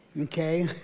Okay